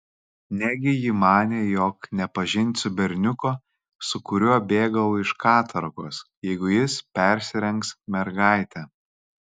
negi ji manė jog nepažinsiu berniuko su kuriuo bėgau iš katorgos jeigu jis persirengs mergaite